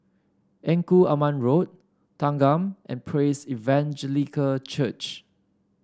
Engku Aman Road Thanggam and Praise Evangelical Church